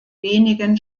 wenigen